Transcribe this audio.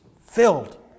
filled